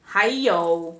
还有